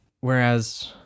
whereas